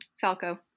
Falco